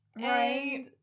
Right